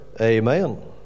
Amen